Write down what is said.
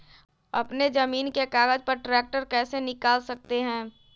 अपने जमीन के कागज पर ट्रैक्टर कैसे निकाल सकते है?